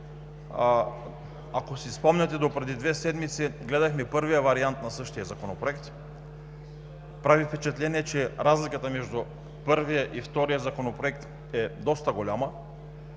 Ако си спомняте, допреди две седмици гледахме първия вариант на същия Законопроект. Прави впечатление, че разликата между първия и втория Законопроект е доста голяма.